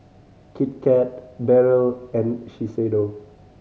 Kit Kat Barrel and Shiseido